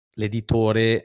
l'editore